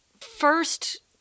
first